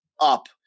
up